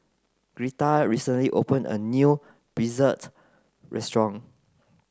greta recently opened a new Pretzel restaurant